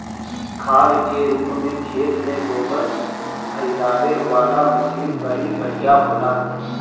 खाद के रूप में खेत में गोबर फइलावे वाला मशीन बड़ी बढ़िया होला